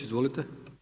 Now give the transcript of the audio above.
Izvolite.